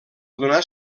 donar